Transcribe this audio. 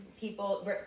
People